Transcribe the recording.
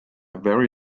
very